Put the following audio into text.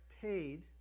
paid